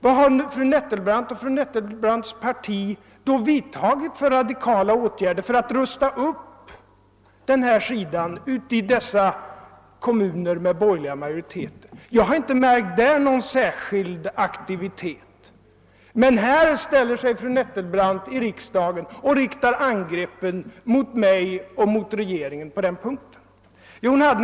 Vad har fru Nettelbrandt och hennes parti då vidtagit för radikala åtgärder för att rusta upp den sidan i dessa kommuner med borgerlig majoritet? Där har jag inte märkt någon särskild aktivitet, men här i riksdagen ställer sig fru Nettelbrandt upp och riktar angrepp mot mig och regeringen på den punkten.